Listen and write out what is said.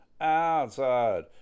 outside